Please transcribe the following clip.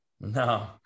No